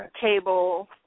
cable